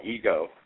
ego